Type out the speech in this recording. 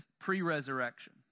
pre-resurrection